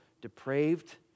depraved